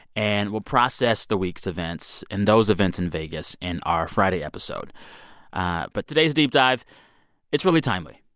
and we'll process the week's events and those events in vegas in our friday episode but today's deep dive it's really timely.